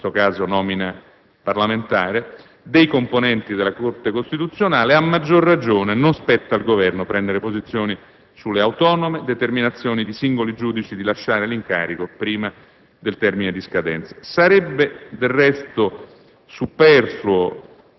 alla nomina, in questo caso nomina parlamentare, dei componenti della Corte costituzionale e, a maggior ragione, non spetta al Governo prendere posizione sulle autonome determinazioni di singoli giudici di lasciare l'incarico prima del termine di scadenza. Sarebbe del resto